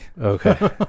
Okay